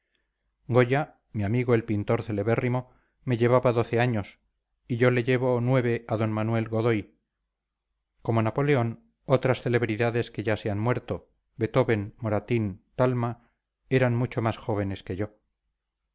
goya mi amigo el pintor celebérrimo me llevaba doce años y yo le llevo nueve a d manuel godoy como napoleón otras celebridades que ya se han muerto beethoven moratín talma eran mucho más jóvenes que yo